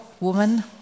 woman